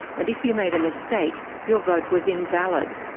and if you made a mistake your vote was invalid.